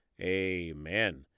amen